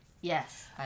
yes